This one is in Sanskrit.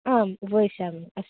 आम् उपविश्यामि अस्तु